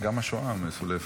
גם השואה מסולפת.